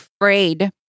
afraid